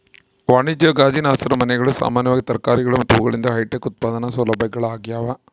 ವಾಣಿಜ್ಯ ಗಾಜಿನ ಹಸಿರುಮನೆಗಳು ಸಾಮಾನ್ಯವಾಗಿ ತರಕಾರಿಗಳು ಮತ್ತು ಹೂವುಗಳಿಗಾಗಿ ಹೈಟೆಕ್ ಉತ್ಪಾದನಾ ಸೌಲಭ್ಯಗಳಾಗ್ಯವ